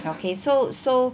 okay so so